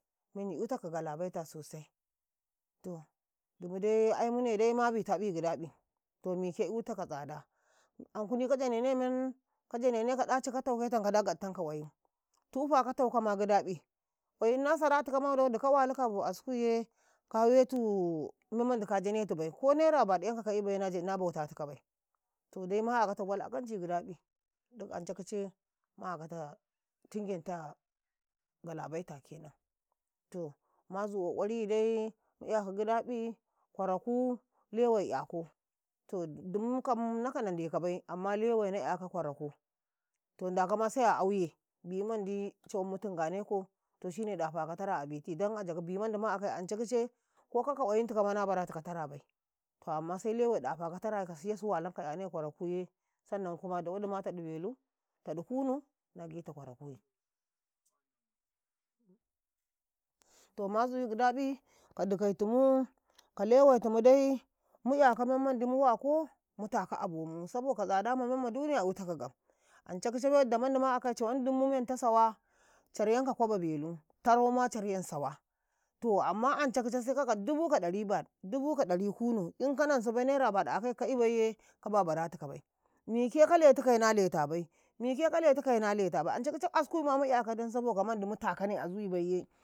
menyi euta ka gala baita sosai to dumude aimune de ma bitabi gidaƃi to mike eutaka tsada, ankuni ka janene men ka janneka ɗaci ka taukaye tanka da gaɗtanka qwayim tufa tanka ma gidaƃi, qwayim nasaratikama dowodi ka walika a bo askuyeka wetu memmandi ka janetubai, ko nera baɗu yan ka ka'ibaiye na bautatikabai. to dai ma akata waqanci gidaƃi don anca kice ma akata tingenta galabaita kenam to, mazu qoqariyidai mu iyaka gidaƃi kwaraku lewai "yako tod dumunkam inakam nandek abai amma lewaina "yaka kwaraku ton ndakama se a auye bimandi cawanmu tingeneka to inine ɗafaka tara a biti don a jaga bi mandi ma akai ance kice kokaka qwayim tikama na baratika tarabai to amma se lewai ɗafaka taraka siyasu wabinka "yane kwarakuye sannan kuma da wadima taɗu belu taɗu kunu agitakwarakuyi to mazu.